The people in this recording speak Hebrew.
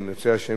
אם ירצה השם,